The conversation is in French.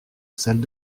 salle